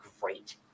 great